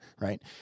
right